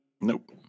Nope